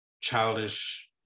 childish